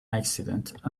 accident